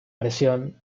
presión